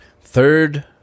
Third